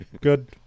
good